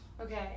Okay